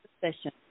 Session